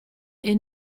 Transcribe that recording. est